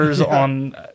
on